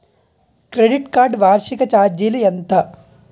Credit card వార్షిక ఛార్జీలు ఎంత?